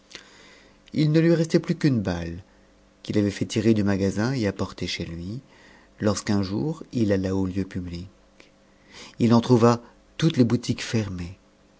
il ne lui restait plus qu'une balle qu'il avait fait tirer du magasin et apporter chez lui lorsqu'un jour it alla au tieu public il en trouva toutes les boutiques fermées